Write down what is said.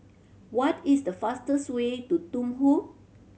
what is the fastest way to Thimphu